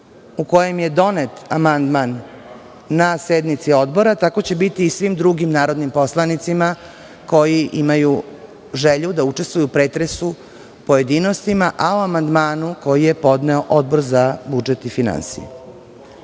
u kojem je donet amandman na sednici Odbora, tako će biti i svim drugim narodnim poslanicima koji imaju želju da učestvuju u pretresu u pojedinostima, a o amandmanu koji je podneo Odbor za budžet i finansije. Narodni